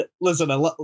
listen